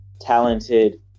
talented